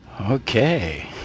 Okay